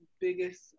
biggest